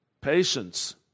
patience